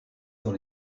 dans